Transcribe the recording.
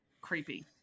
Creepy